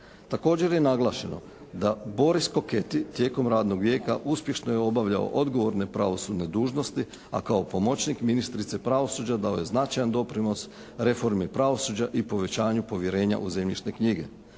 Također je naglašeno da Boris Koketi tijekom radnog vijeća uspješno je obavljao odgovorne pravosudne dužnosti, a kao pomoćnik ministrice pravosuđa dao je značajan doprinos reformi pravosuđa i povećanju povjerenja u zemljišne knjige.